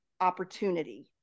opportunity